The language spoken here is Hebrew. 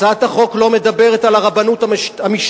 הצעת החוק לא מדברת על הרבנות המשטרתית.